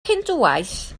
hindŵaeth